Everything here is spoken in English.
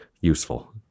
Useful